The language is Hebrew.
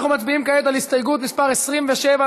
אנחנו מצביעים כעת על הסתייגות מס' 27,